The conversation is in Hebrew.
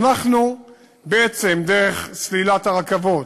אנחנו, דרך סלילת הרכבות,